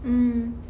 mm